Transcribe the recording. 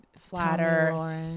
flatter